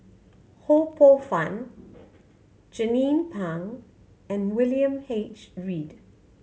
Ho Poh Fun Jernnine Pang and William H Read